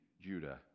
Judah